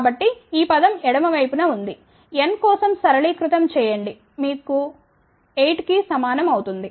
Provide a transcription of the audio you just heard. కాబట్టి ఈ పదం ఎడమ వైపున ఉంది n కోసం సరళీకృతం చేయండి మీకు 8 కి సమానం అవుతుంది